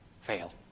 fail